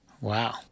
Wow